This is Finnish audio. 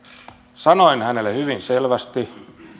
sanoin hänelle hyvin selvästi